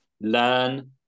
learn